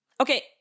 Okay